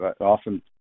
often